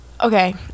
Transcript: Okay